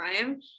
time